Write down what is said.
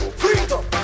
freedom